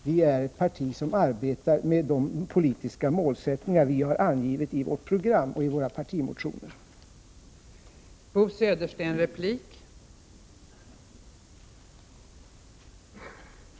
Vi är ett parti som arbetar med de politiska målsättningar vi har angett i vårt program och i våra partimotioner, och dessa är inte avgränsade till någon viss intressegrupp.